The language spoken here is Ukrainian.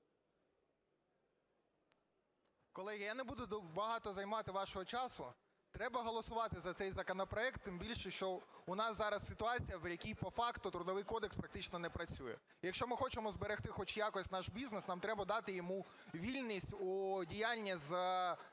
Колеги, я не буду багато займати вашого часу. Треба голосувати за цей законопроект, тим більше, що у нас ситуація, в якій по факту Трудовий кодекс практично не працює. І якщо ми хочемо зберегти хоч якось наш бізнес, нам треба дати йому вільність у діянні з